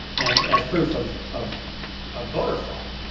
and as proof of of a voter fraud.